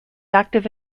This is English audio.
active